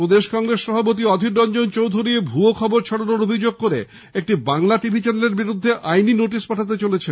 প্রদেশ কংগ্রেস সভাপতি অধীর রঞ্জন চৌধুরী ভুয়ো খবর ছড়ানোর অভিযোগ করে একটি বাংলা টিভি চ্যানেলের বিরুদ্ধে আইনী নোটিশ পাঠাতে চলেছেন